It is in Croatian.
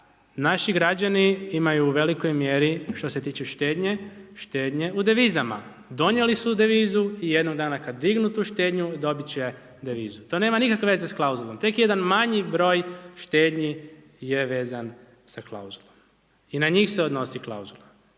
naši građani imaju u velikoj mjeri, što se tiče štednje, štednje u devizama, donijeli su devizu i jednog dana, kada dignut u štednju, dobiti će devizu. To nema nikakve veze s klauzulom, tek jedan manji broj štednji je vezan sa klauzulom i na njih se odnosi klauzula